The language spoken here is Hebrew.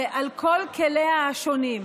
על כל כליה השונים.